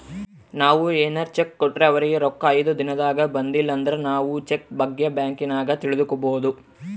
ನಾವು ಏನಾರ ಚೆಕ್ ಕೊಟ್ರೆ ಅವರಿಗೆ ರೊಕ್ಕ ಐದು ದಿನದಾಗ ಬಂದಿಲಂದ್ರ ನಾವು ಚೆಕ್ ಬಗ್ಗೆ ಬ್ಯಾಂಕಿನಾಗ ತಿಳಿದುಕೊಬೊದು